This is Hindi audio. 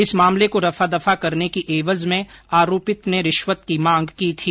इस मामले को रफादफा करने की एवज में आरोपित ने रिश्वत की मांग की थी